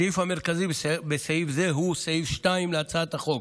הסעיף המרכזי לעניין זה הוא סעיף 2 להצעת החוק.